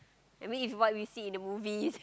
I mean if you what we see in the movies